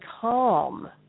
calm